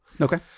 Okay